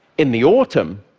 in the autumn,